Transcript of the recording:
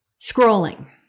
scrolling